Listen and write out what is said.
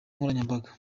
nkoranyambaga